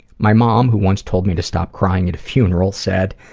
my mom, who once told me to stop crying at a funeral, said,